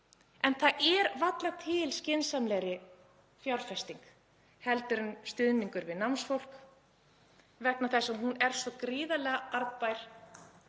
En það er varla til skynsamlegri fjárfesting en stuðningur við námsfólk vegna þess að hún er svo gríðarlega arðbær,